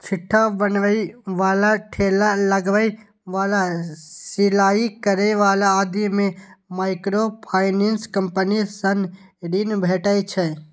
छिट्टा बनबै बला, ठेला लगबै बला, सिलाइ करै बला आदि कें माइक्रोफाइनेंस कंपनी सं ऋण भेटै छै